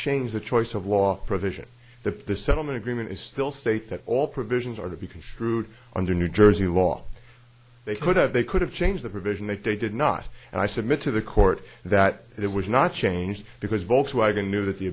change the choice of law provision the settlement agreement is still states that all provisions are to be construed under new jersey law they could have they could have changed the provision they did not and i submit to the court that it was not changed because volkswagen knew that the